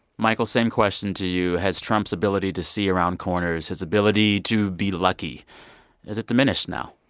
michael, same question to you. has trump's ability to see around corners, his ability to be lucky is it diminished now?